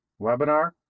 webinar